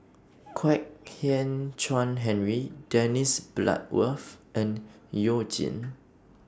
Kwek Hian Chuan Henry Dennis Bloodworth and YOU Jin